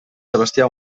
sebastià